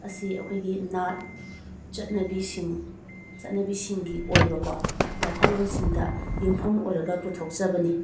ꯑꯁꯤ ꯑꯩꯈꯣꯏꯒꯤ ꯅꯥꯠ ꯆꯠꯅꯕꯤꯁꯤꯡ ꯆꯠꯅꯕꯤꯁꯤꯡꯒꯤ ꯑꯣꯏꯕꯀꯣ ꯋꯥꯈꯜꯂꯣꯟꯁꯤꯡꯗ ꯌꯨꯝꯐꯝ ꯑꯣꯏꯔꯒ ꯄꯨꯊꯣꯛꯆꯕꯅꯤ